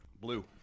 blue